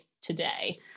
today